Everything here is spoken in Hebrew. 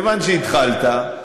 כיוון שהתחלת,